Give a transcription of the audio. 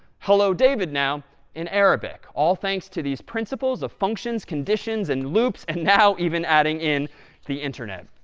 hello, david, now in arabic. all thanks to these principles of functions, conditions, and loops, and now even adding in the internet.